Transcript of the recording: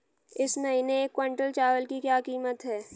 इस महीने एक क्विंटल चावल की क्या कीमत है?